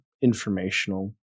informational